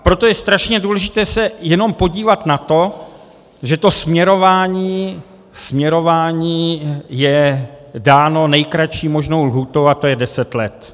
Proto je strašně důležité se i jenom podívat na to, že to směrování je dáno nejkratší možnou lhůtou, a to je deset let.